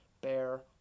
bear